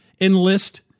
enlist